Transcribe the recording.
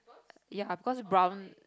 ya because brown